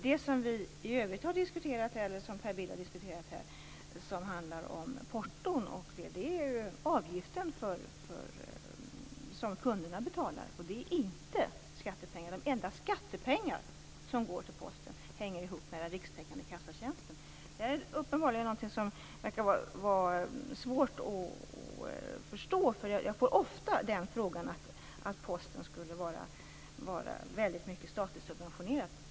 Det som Per Bill i övrigt har diskuterat, nämligen porton m.m., är ju den avgift som kunderna betalar. Det är inte skattepengar. De enda skattepengar som går till Posten hänger ihop med den rikstäckande kassatjänsten. Det här är uppenbarligen någonting som är svårt att förstå. Jag får ofta frågor om att Posten skulle vara väldigt mycket statligt subventionerad.